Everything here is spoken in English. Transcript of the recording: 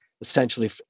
essentially